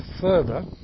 further